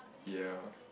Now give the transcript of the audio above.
ya